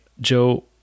Joe